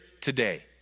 today